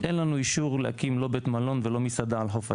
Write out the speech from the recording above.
אין לנו אישור להקים לא בית מלון ולא מסעדה על חוף הים,